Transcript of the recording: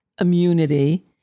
immunity